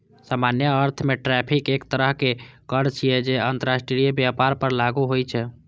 सामान्य अर्थ मे टैरिफ एक तरहक कर छियै, जे अंतरराष्ट्रीय व्यापार पर लागू होइ छै